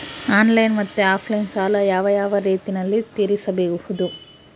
Online ಮತ್ತೆ offline ಸಾಲ ಯಾವ ಯಾವ ರೇತಿನಲ್ಲಿ ತೇರಿಸಬಹುದು?